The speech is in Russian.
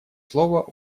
слово